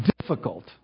difficult